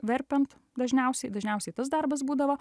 verpiant dažniausiai dažniausiai tas darbas būdavo